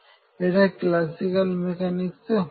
এটা ক্লাসিকাল মেকানিক্সে হয় না